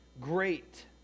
great